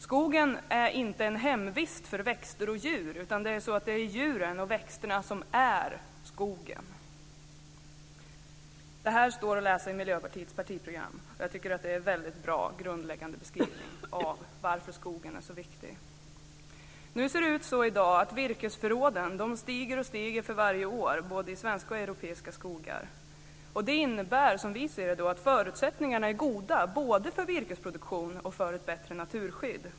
Skogen är inte en hemvist för växter och djur - det är djuren och växterna som är skogen." Det här står att läsa i Miljöpartiets partiprogram. Jag tycker att det är en väldigt bra och grundläggande beskrivning av varför skogen är så viktig. Det ser ut så i dag att virkesförråden stiger för varje år både i svenska och i europeiska skogar. Det innebär, som vi ser det, att förutsättningarna är goda både för virkesproduktion och för ett bättre naturskydd.